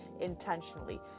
intentionally